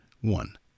one